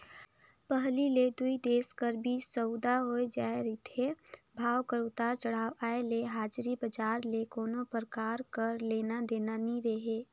पहिली ले दुई देश कर बीच सउदा होए जाए रिथे, भाव कर उतार चढ़ाव आय ले हाजरी बजार ले कोनो परकार कर लेना देना नी रहें